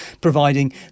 providing